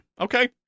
Okay